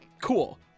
cool